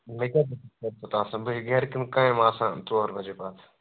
بیٚیہِ کَتہِ چھُس بہٕ آسان بٕے گَرٕ کُنہِ کامہِ آسان ژور بَجے پَتہٕ